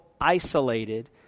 isolated